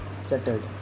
settled